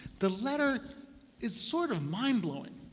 the letter is sort of mind-blowing.